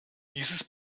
dieses